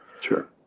Sure